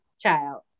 child